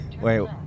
Wait